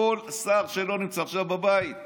כל שר שלא נמצא עכשיו בבית,